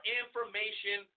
information